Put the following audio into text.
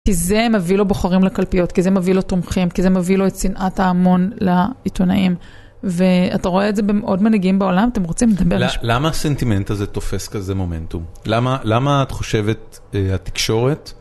כי זה מביא לו בוחרים לקלפיות, כי זה מביא לו תומכים, כי זה מביא לו את שנאת ההמון לעיתונאים. ואתה רואה את זה בעוד מנהיגים בעולם, אתם רוצים לדבר על זה. למה הסנטימנט הזה תופס כזה מומנטום? למה את חושבת, התקשורת?